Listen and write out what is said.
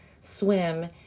swim